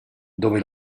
dove